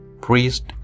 Priest